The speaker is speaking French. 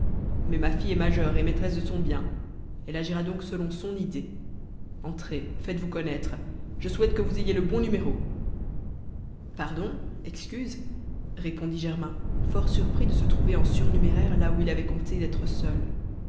mais ma fille est majeure et maîtresse de son bien elle agira donc selon son idée entrez faites-vous connaître je souhaite que vous ayez le bon numéro pardon excuse répondit germain fort surpris de se trouver en surnuméraire là ou il avait compté d'être seul